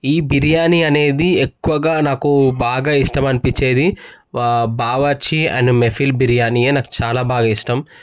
ఈ బిర్యానీ అనేది ఎక్కువగా నాకు బాగా ఇష్టం అనిపించేది బావర్చి అండ్ మెహఫిల్ బిర్యానీ ఏ నాకు చాలా బాగా ఇష్టం